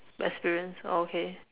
experience oh okay